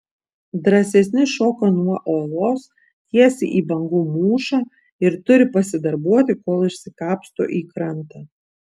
drąsesni šoka nuo uolos tiesiai į bangų mūšą ir turi pasidarbuoti kol išsikapsto į krantą